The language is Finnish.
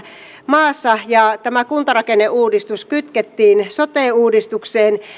maassa ja tämä kuntarakenneuudistus kytkettiin sote uudistukseen